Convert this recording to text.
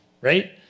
right